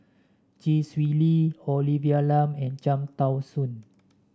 Chee Swee Lee Olivia Lum and Cham Tao Soon